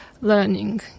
learning